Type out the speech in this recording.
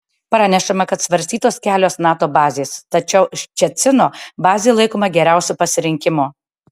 pranešama kad svarstytos kelios nato bazės tačiau ščecino bazė laikoma geriausiu pasirinkimu